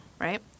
Right